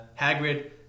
Hagrid